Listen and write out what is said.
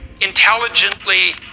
intelligently